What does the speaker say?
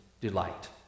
delight